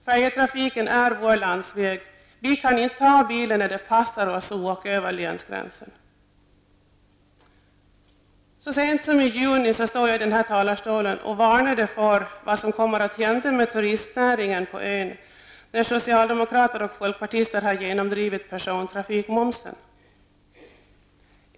Färjetrafiken är vår landsväg -- vi kan inte ta bilen när det passar oss och åka i väg över länsgränsen. Så sent som i juni stod jag här i talarstolen och varnade för vad som kommer att hända med turistnäringen på ön när socialdemokraterna och folkpartiet genomdrivit persontrafikmomsen.